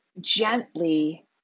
Gently